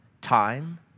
time